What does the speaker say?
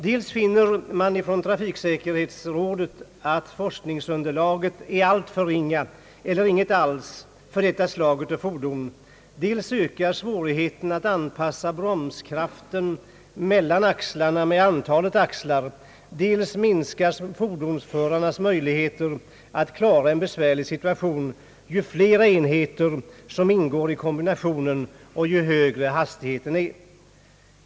Dels finner trafikförsäkringsrådet att forskningsunderlaget är alltför ringa eller inget alls för detta slag av fordon, dels ökar svårigheterna att anpassa bromskraften mellan axlarna och antalet axlar, dels minskas fordonsförarnas möjligheter att klara en besvärlig situation ju fler enheter som ingår i kombinationen och ju högre hastigheten är.